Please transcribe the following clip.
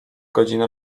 godzina